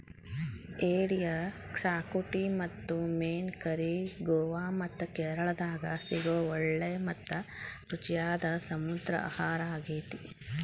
ಏಡಿಯ ಕ್ಸಾಕುಟಿ ಮತ್ತು ಮೇನ್ ಕರಿ ಗೋವಾ ಮತ್ತ ಕೇರಳಾದಾಗ ಸಿಗೋ ಒಳ್ಳೆ ಮತ್ತ ರುಚಿಯಾದ ಸಮುದ್ರ ಆಹಾರಾಗೇತಿ